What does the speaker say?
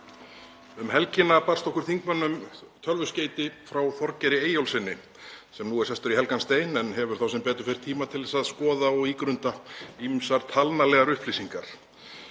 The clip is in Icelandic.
Um helgina barst okkur þingmönnum tölvuskeyti frá Þorgeiri Eyjólfssyni sem nú er sestur í helgan stein en hefur þó sem betur fer tíma til að skoða og ígrunda ýmsar tölulegar upplýsingar.